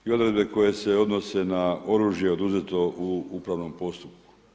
I odredbe koje se odnose na oružje oduzeto u upravnom postupku.